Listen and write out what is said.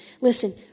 Listen